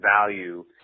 value